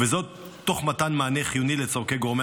וזאת תוך מתן מענה חיוני לצורכי גורמי